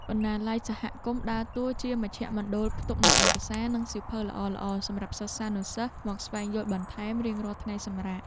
បណ្ណាល័យសហគមន៍ដើរតួជាមជ្ឈមណ្ឌលផ្ទុកនូវឯកសារ និងសៀវភៅល្អៗសម្រាប់សិស្សានុសិស្សមកស្វែងយល់បន្ថែមរៀងរាល់ថ្ងៃសម្រាក។